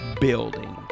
building